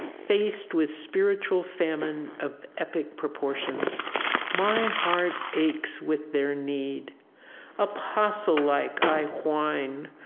faced with spiritual famine of epic proportions my heart aches with their need apostle-like, i whine,